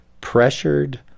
pressured